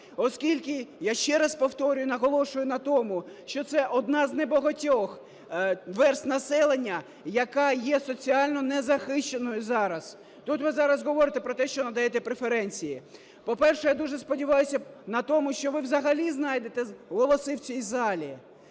Оскільки, я ще раз повторюю і наголошую на тому, що це одна з небагатьох верств населення, яка є соціально незахищеною зараз. Тут ви зараз говорите про те, що надаєте преференції. По-перше, я дуже сподіваюся на тому, що ви взагалі знайдете голоси в цій залі.